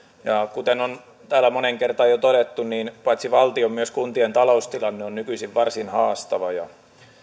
kuten on täällä moneen kertaan jo todettu niin paitsi valtion myös kuntien taloustilanne on nykyisin varsin haastava